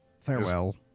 Farewell